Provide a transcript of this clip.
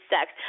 sex